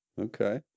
Okay